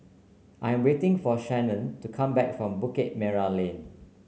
I'm waiting for Shanon to come back from Bukit Merah Lane